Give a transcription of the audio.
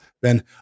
Ben